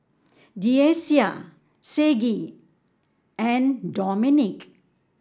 Deasia Saige and Dominic